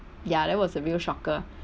ya that was a real shocker